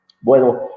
bueno